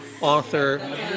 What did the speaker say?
author